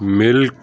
milk